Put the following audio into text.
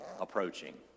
approaching